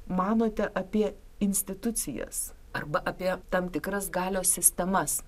manote apie institucijas arba apie tam tikras galios sistemas